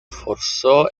forzó